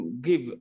give